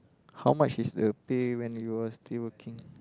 how much is the pay when you were still working